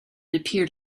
appeared